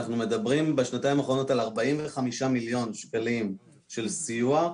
אנחנו מדברים בשנתיים האחרונות על 45 מיליון שקלים של סיוע,